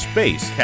Space